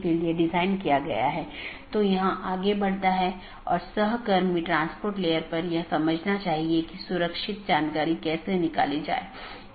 इसलिए उद्देश्य यह है कि इस प्रकार के पारगमन ट्रैफिक को कम से कम किया जा सके